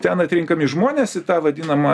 ten atrinkami žmonės į tą vadinamą